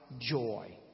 joy